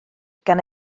gan